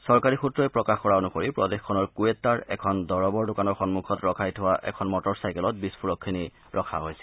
চৰকাৰী সূত্ৰই প্ৰকাশ কৰা অনুসৰি প্ৰদেশখনৰ কুৱেটাৰ এখন দৰৱৰ দোকানৰ সন্মুখত ৰখাই থোৱা এখন মটৰচাইকেলত বিস্ফোৰকখিনি ৰখা হৈছিল